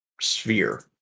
sphere